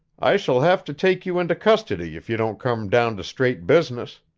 i shall have to take you into custody if you don't come down to straight business.